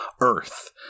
Earth